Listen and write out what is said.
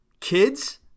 Kids